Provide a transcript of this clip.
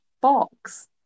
box